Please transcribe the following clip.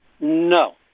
No